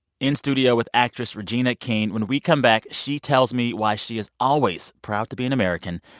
in studio with actress regina king when we come back, she tells me why she is always proud to be an american,